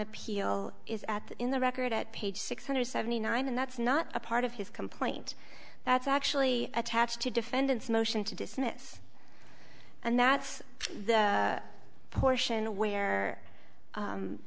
appeal is at in the record at page six hundred seventy nine and that's not a part of his complaint that's actually attached to defendants motion to dismiss and that's the portion where